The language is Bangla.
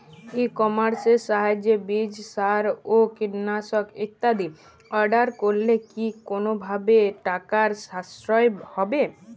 ই কমার্সের সাহায্যে বীজ সার ও কীটনাশক ইত্যাদি অর্ডার করলে কি কোনোভাবে টাকার সাশ্রয় হবে?